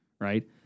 Right